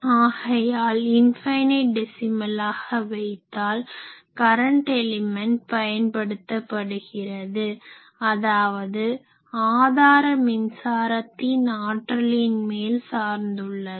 ஆகையால் இன்ஃபைனட் டெசிமலாக வைத்தால் கரன்ட் எலிமென்ட் பயன்படுத்தப்படுகிறது அதாவது ஆதார மின்சாரத்தின் ஆற்றலின் மேல் சார்ந்துள்ளது